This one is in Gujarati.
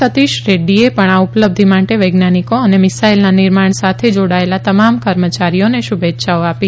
સતીષ રેડ્રીએ પણ આ ઉપલબ્ધિ માટે વૈજ્ઞાનિકો અને મિસાઈલના નિર્માણ સાથે જોડાયેલા તમામ કર્મચારીઓને શુભેચ્છાઓ આપી